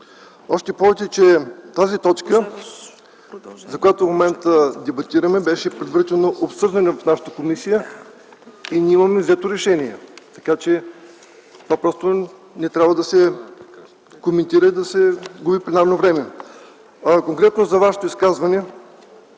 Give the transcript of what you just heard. Още повече, че тази точка, по която в момента дебатираме, беше предварително обсъждана в нашата комисия и ние имаме взето решение. Така че това просто не трябва да се коментира и да се губи пленарно време. Конкретно за Вашето изказване.